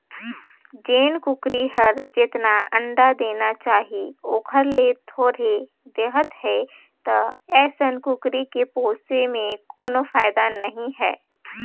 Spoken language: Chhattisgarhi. जेन कुकरी हर जेतना अंडा देना चाही ओखर ले थोरहें देहत हे त अइसन कुकरी के पोसे में कोनो फायदा नई हे